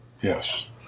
Yes